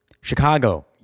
Chicago